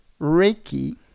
Reiki